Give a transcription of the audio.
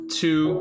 two